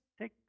take